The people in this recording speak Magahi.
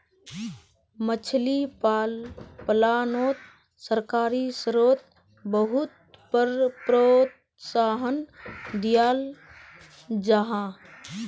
मछली पालानोत सरकारी स्त्रोत बहुत प्रोत्साहन दियाल जाहा